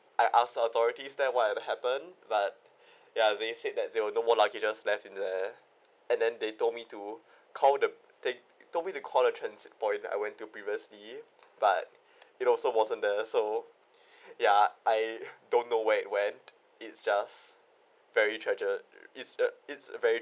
I asked the authority there what happened but ya they said that there were no more luggages left in there and then they told me to call the they told me call the transit point I went to previously but it also wasn't there so ya I don't know where it went it's just very treacherous it's a it's a very